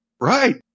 Right